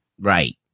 Right